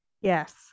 Yes